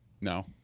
No